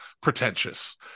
pretentious